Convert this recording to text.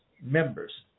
members